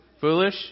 Foolish